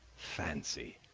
fancy!